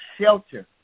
shelter